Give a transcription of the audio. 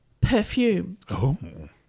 perfume